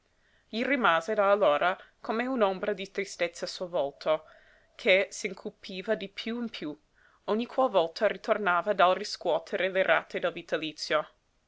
gli rimase da allora come un'ombra di tristezza sul volto che s'incupiva di piú in piú ogni qual volta ritornava dal riscuotere le rate del vitalizio